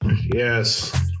Yes